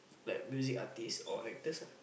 like music artistes or actors ah